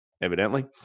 evidently